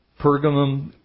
Pergamum